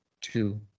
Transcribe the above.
two